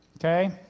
Okay